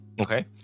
Okay